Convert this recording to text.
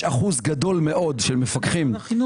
יש אחוז גדול מאוד של מפקחים.